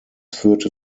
führte